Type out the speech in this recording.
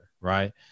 right